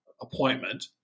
appointment